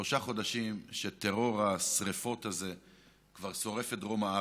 שלושה חודשים שטרור השרפות הזה כבר שורף את דרום הארץ,